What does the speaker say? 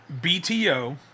BTO